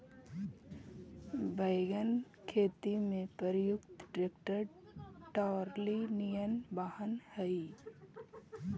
wagon खेती में प्रयुक्त ट्रैक्टर ट्रॉली निअन वाहन हई